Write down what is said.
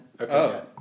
Okay